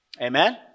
Amen